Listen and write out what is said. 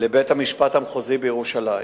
לבית-המשפט המחוזי בירושלים.